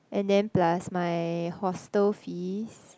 and then plus my hostel fees